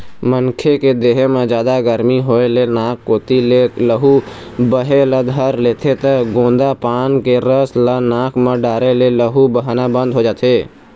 मनखे के देहे म जादा गरमी होए ले नाक कोती ले लहू बहे ल धर लेथे त गोंदा पाना के रस ल नाक म डारे ले लहू बहना बंद हो जाथे